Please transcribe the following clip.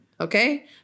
okay